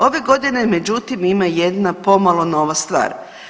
Ove godine međutim ima jedna pomalo nova stvar.